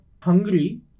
hungry